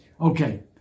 Okay